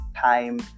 time